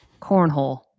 Cornhole